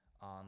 on